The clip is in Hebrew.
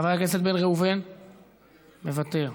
מוותר,